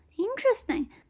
Interesting